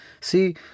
See